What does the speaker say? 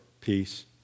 peace